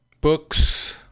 books